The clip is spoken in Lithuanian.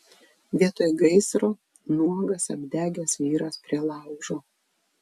vietoj gaisro nuogas apdegęs vyras prie laužo